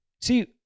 See